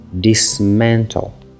dismantle